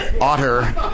Otter